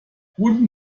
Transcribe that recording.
guten